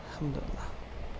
الحمد للّہ